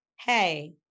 hey